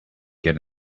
get